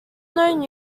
known